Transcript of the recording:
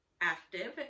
active